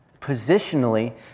Positionally